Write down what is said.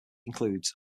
includes